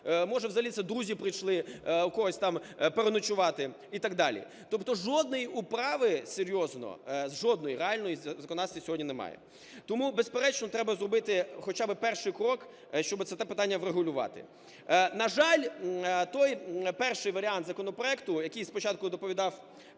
може, взагалі це друзі прийшли в когось там переночувати…", – і так далі. Тобто жодної управи серйозної, жодної реальної в законодавстві сьогодні немає. Тому, безперечно, треба зробити хоча би перший крок, щоб це питання врегулювати. На жаль, той, перший, варіант законопроекту, який спочатку доповідав